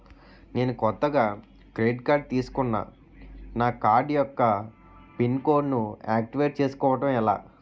నేను కొత్తగా credit card తిస్కున్నా నా కార్డ్ యెక్క పిన్ కోడ్ ను ఆక్టివేట్ చేసుకోవటం ఎలా?